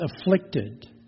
afflicted